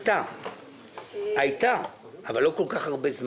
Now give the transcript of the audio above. הייתה אבל לא כל כך ארוכה.